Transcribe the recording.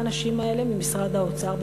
האנשים האלה ממשרד האוצר בברלין,